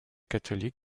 catholiques